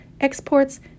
exports